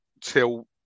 till